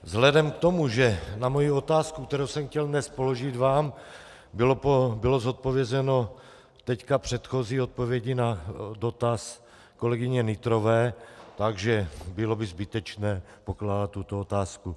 Vzhledem k tomu, že na moji otázku, kterou jsem vám chtěl dnes položit, bylo zodpovězeno teď předchozí odpovědí na dotaz kolegyně Nytrové, takže bylo by zbytečné pokládat tuto otázku.